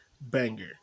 Banger